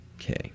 okay